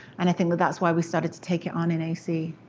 and i think that that's why we started to take it on in ac.